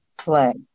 flag